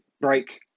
break